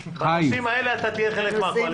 בנושאים האלה אתה תהיה חלק מהקואליציה.